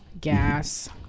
gas